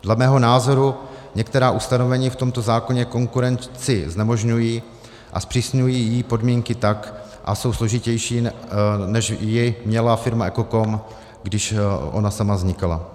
Dle mého názoru některá ustanovení v tomto zákoně konkurenci znemožňují a zpřísňují jí podmínky tak a jsou složitější, než je měla firma EKOKOM, když ona sama vznikala.